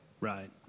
Right